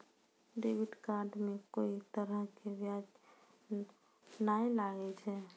debit card मे कोई तरह के ब्याज नाय लागै छै